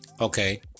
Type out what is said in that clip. okay